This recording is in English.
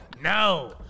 No